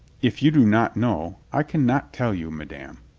if you do not know, i can not tell you, madame.